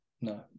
No